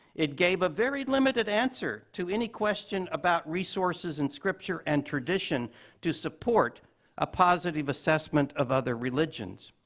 it gave a very limited answer to any question about resources in scripture and tradition to support a positive assessment of other religions.